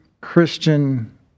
christian